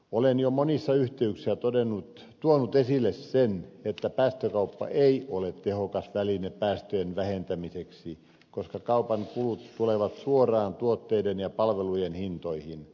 olen jo monissa yhteyksissä tuonut esille sen että päästökauppa ei ole tehokas väline päästöjen vähentämiseksi koska kaupan kulut tulevat suoraan tuotteiden ja palvelujen hintoihin